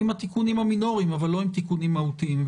עם התיקונים המינוריים אבל לא עם תיקונים מהותיים.